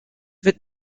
wird